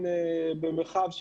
ברגעים אלו,